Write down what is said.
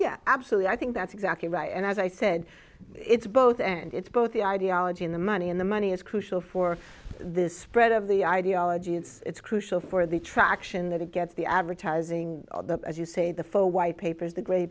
yeah absolutely i think that's exactly right and as i said it's both and it's both the ideology and the money and the money is crucial for this spread of the ideology it's crucial for the traction that it gets the advertising as you say the four white papers the grade